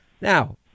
Now